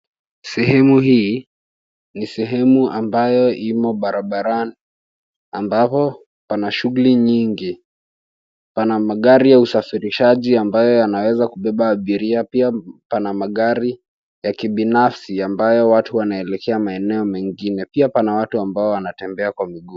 Sehemu hii ni sehemu ambayo imo barabarani ambapo pana shughuli nyingi, pana magari ya usafirishaji ambayo yanaweza kuweza kubebea abiria, pia pana magari ya kibinafsi ambayo watu wanelekea maeneo mengine, pia pana watu ambao wanatembea kwa miguu.